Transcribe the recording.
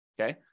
Okay